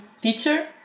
teacher